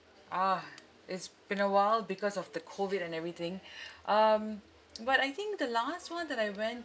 ah it's been a while because of the COVID and everything um but I think the last one that I went